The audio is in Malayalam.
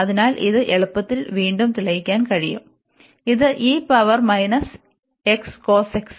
അതിനാൽ ഇത് എളുപ്പത്തിൽ വീണ്ടും തെളിയിക്കാൻ കഴിയും ഇത് e power minus x cos x